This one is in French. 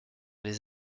les